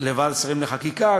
לוועדת שרים לחקיקה,